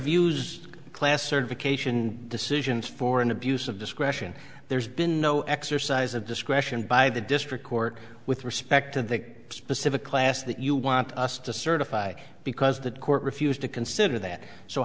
reviews class certification decisions for an abuse of discretion there's been no exercise of discretion by the district court with respect to that specific class that you want us to certify because the court refused to consider that so